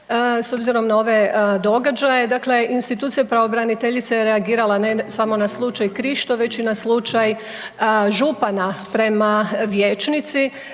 s obzirom na ove događaje, dakle institucija pravobraniteljice je reagirala ne samo na slučaj Krišto već i na slučaj župana prema vijećnici.